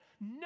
no